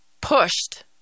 pushed